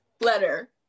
letter